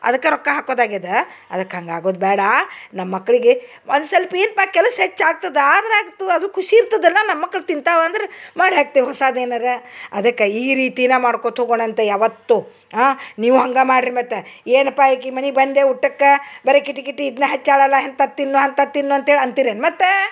ಅದಕ್ಕೆ ರೊಕ್ಕ ಹಾಕೋದಾಗಿದ ಅದಕ್ಕೆ ಹಂಗೆ ಆಗೋದು ಬ್ಯಾಡ ನಮ್ಮ ಮಕ್ಕಳಿಗೆ ಒಂದು ಸಲ್ಪ ಏನ್ಪ ಕೆಲಸ ಹೆಚ್ಚಾಗ್ತದೆ ಆದ್ರೆ ಆತು ಅದು ಖುಷಿ ಇರ್ತದಲ್ಲ ನಮ್ಮಕ್ಳು ತಿಂತಾವಂದ್ರ ಮಾಡಿ ಹಾಕ್ತಿವಿ ಹೊಸಾದು ಏನರ ಅದಕ್ಕೆ ಈ ರೀತಿನ ಮಾಡ್ಕೋತ ಹೋಗೋಣ ಅಂತ ಯಾವತ್ತು ನೀವು ಹಂಗೆ ಮಾಡ್ರಿ ಮತ್ತು ಏನಪ್ಪ ಈಕಿ ಮನಿಗೆ ಬಂದೆ ಊಟಕ್ಕೆ ಬರೆ ಕಿಟಿ ಕಿಟಿ ಇದ್ನೆ ಹಚ್ಚಾಳಲ್ಲ ಎಂಥದ್ ತಿನ್ನು ಅಂಥದ್ ತಿನ್ನು ಅಂತೇಳಿ ಅಂತಿರೇನು ಮತ್ತೆ